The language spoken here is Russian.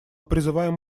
призываем